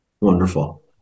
Wonderful